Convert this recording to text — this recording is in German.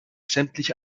sämtliche